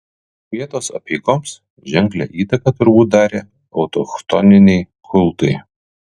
vietos apeigoms ženklią įtaką turbūt darė autochtoniniai kultai